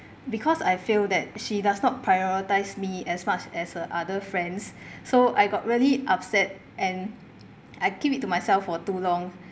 because I feel that she does not prioritise me as much as her other friends so I got really upset and I keep it to myself for too long